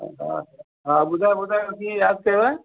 तव्हां ॿुधायो ॿुधायो कीअं यादि कयुव